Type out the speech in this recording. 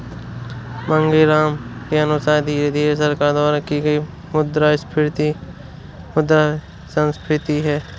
मांगेराम के अनुसार धीरे धीरे सरकार द्वारा की गई मुद्रास्फीति मुद्रा संस्फीति है